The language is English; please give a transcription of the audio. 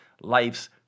life's